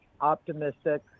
optimistic